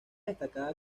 destacada